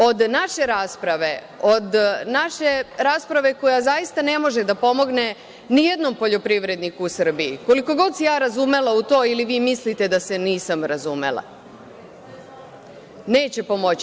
Od naše rasprave koja zaista ne može da pomogne ni jednom poljoprivredniku u Srbiji, koliko god se ja razumela u to ili vi mislite da se nisam razumela – neće pomoći.